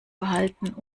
verhalten